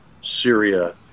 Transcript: Syria